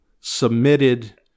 submitted